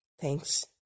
thanks